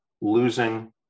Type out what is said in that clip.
losing